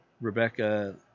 Rebecca